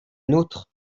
nôtre